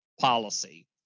policy